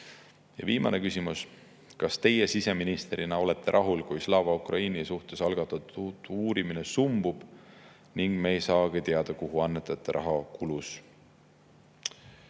Ja viimane küsimus: kas teie siseministrina olete rahul, kui Slava Ukraini suhtes algatatud uurimine sumbub ning me ei saagi teada, kuhu annetajate raha kulus?